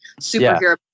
superhero